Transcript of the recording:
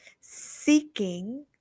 seeking